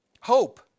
Hope